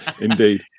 indeed